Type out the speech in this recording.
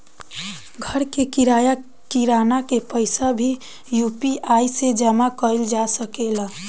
घर के किराया, किराना के पइसा भी यु.पी.आई से जामा कईल जा सकेला